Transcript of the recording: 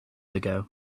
ago